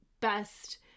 best